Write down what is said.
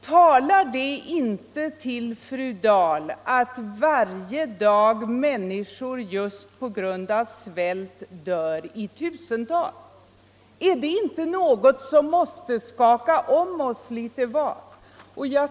Talar det inte till fru Dahls känslor att människor varje dag just på grund av svält dör i tusental? Är det inte något som borde skaka om oss litet var?